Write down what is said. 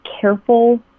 careful